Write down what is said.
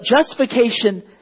justification